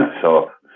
and so,